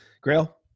Grail